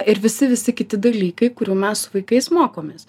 ir visi visi kiti dalykai kurių mes su vaikais mokomės